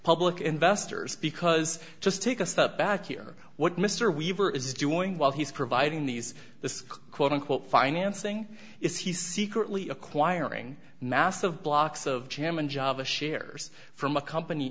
public investors because just take a step back here what mr weaver is doing while he's providing these this quote unquote financing if he's secretly acquiring massive blocks of chairman java shares from a company